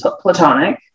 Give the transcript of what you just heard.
platonic